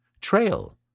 Trail